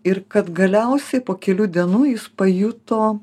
ir kad galiausiai po kelių dienų jis pajuto